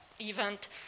event